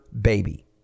baby